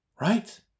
right